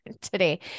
today